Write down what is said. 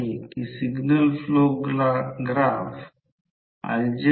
तर कृपया याचे निराकरण करा कारण यासाठी उत्तरे दिली आहेत